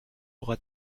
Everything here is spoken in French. aura